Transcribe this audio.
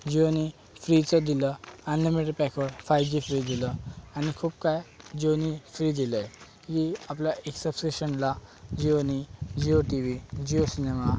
जिओनी फ्रीचं दिलं अनलिमिटेड पॅकवर फाइव जी फ्री दिलं आणि खूप काय जिओनी फ्री दिलं आहे की आपल्या एक सबस्क्रिप्शनला जिओनी Jio T V Jio cinema